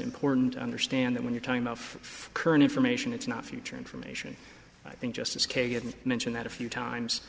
important to understand that when you're talking about for current information it's not future information i think justice kagan mentioned that a few times